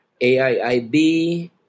AIIB